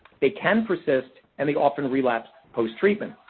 they can persist and they often relapse post-treatment.